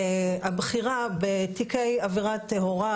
הבחירה בתיקי עבירה טהורה,